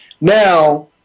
Now